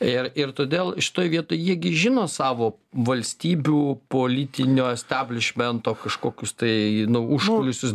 ir ir todėl šitoj vietoj jie gi žino savo valstybių politinio istablišmento kažkokius tai nu užkulisius